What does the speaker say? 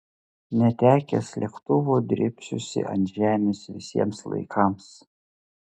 netekęs lėktuvo drėbsiuosi ant žemės visiems laikams